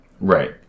Right